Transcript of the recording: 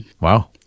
Wow